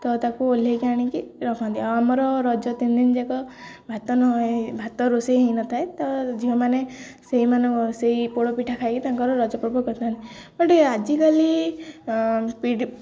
ତ ତାକୁ ଓହ୍ଲାଇକି ଆଣିକି ରଖନ୍ତି ଆଉ ଆମର ରଜ ତିନି ଦିନ ଯାକ ଭାତ ନ ଭାତ ରୋଷେଇ ହୋଇନଥାଏ ତ ଝିଅମାନେ ସେଇ ସେଇ ପୋଡ଼ ପିଠା ଖାଇକି ତାଙ୍କର ରଜ ପର୍ବ କରିଥାନ୍ତି ବଟ୍ ଆଜିକାଲି ପି